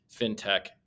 fintech